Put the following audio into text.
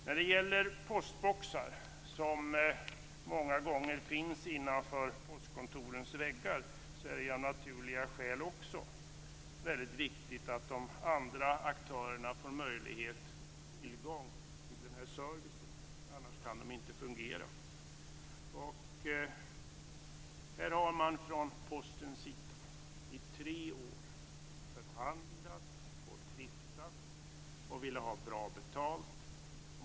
När det gäller postboxar, som många gånger finns innanför postkontorens väggar, vill jag säga att det av naturliga skäl är väldigt viktigt att de andra aktörerna får tillgång till denna service - annars kan de inte fungera. Här har man från Postens sida förhandlat och tvistat i tre år. Man ville ha bra betalt.